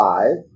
Five